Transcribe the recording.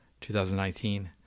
2019